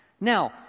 Now